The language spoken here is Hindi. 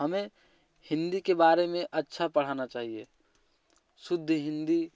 हमें हिंदी के बारे में अच्छा पढ़ाना चाहिए शुद्ध हिंदी